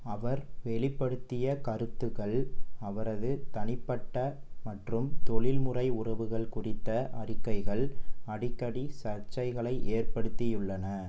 அவர் வெளிப்படுத்திய கருத்துக்கள் அவரது தனிப்பட்ட மற்றும் தொழில்முறை உறவுகள் குறித்த அறிக்கைகள் அடிக்கடி சர்ச்சைகளை ஏற்படுத்தியுள்ளன